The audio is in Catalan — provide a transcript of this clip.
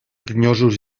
tinyosos